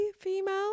female